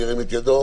ירים את ידו.